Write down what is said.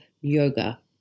yoga